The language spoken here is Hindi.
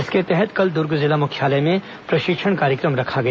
इसके तहत कल दुर्ग जिला मुख्यालय में प्रशिक्षण कार्यक्रम रखा गया